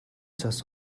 цас